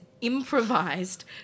improvised